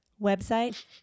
Website